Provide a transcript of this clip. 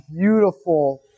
beautiful